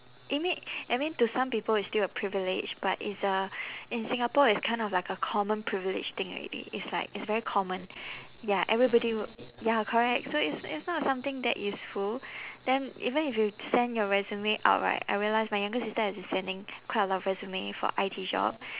ima~ I mean to some people it's still a privilege but it's a in singapore it's kind of like a common privilege thing already it's like it's very common ya everybody wi~ ya correct so it's it's not something that useful then even if you send your resume out right I realise my younger sister has been sending quite a lot of resume for I_T job